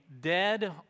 dead